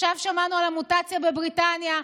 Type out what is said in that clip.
עכשיו שמענו על המוטציה בבריטניה,